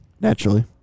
Naturally